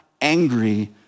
angry